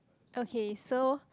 okay so